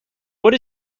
what